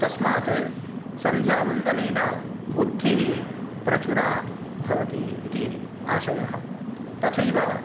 तस्मात् सन्ध्यावन्दनेन बुद्धिः प्रचुरा भवति इति आशयः तथैव